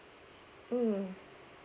mm